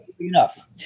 enough